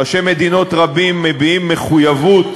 ראשי מדינות רבים מביעים מחויבות